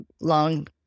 long